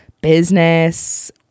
business